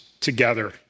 together